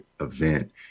event